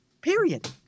Period